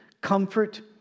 comfort